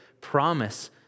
promise